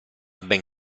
ben